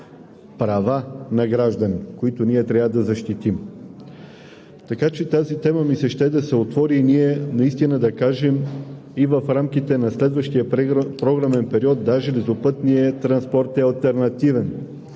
права на гражданите, които ние трябва да защитим. Така че тази тема ми се ще да се отвори и ние наистина да кажем и в рамките на следващия програмен период: да, железопътният транспорт е алтернативен,